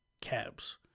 cabs